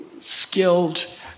skilled